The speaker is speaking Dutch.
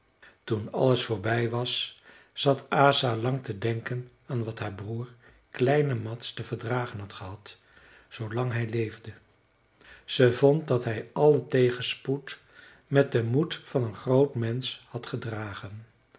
toen alles voorbij was zat asa lang te denken aan wat haar broer kleine mads te verdragen had gehad zoolang hij leefde ze vond dat hij alle tegenspoed met den moed van een groot mensch had gedragen